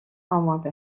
آماده